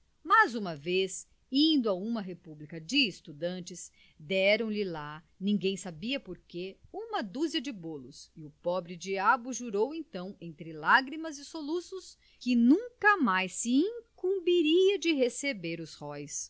mas uma vez indo a uma república de estudantes deram-lhe lá ninguém sabia por quê uma dúzia de bolos e o pobre-diabo jurou então entre lágrimas e soluços que nunca mais se incumbiria de receber os róis